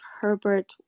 Herbert